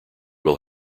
will